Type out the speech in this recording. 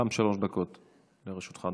בבקשה, שלוש דקות גם לרשותך.